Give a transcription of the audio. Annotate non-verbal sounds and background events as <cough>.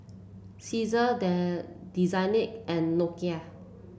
Cesar <noise> Desigual and Nokia